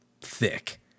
thick